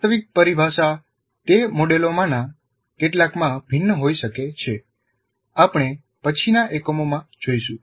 વાસ્તવિક પરિભાષા તે મોડેલોમાંના કેટલાકમાં ભિન્ન હોઈ શકે છે આપણે પછીના એકમોમાં જોઈશું